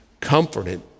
comforted